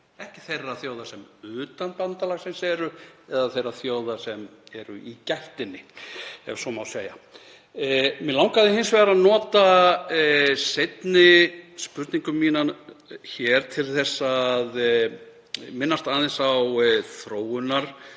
ekki þeirra þjóða sem utan bandalagsins eru eða þeirra þjóða sem eru í gættinni, ef svo má segja. Mig langaði hins vegar að nota seinni spurningu mína hér til að minnast aðeins á þróunarsamvinnu.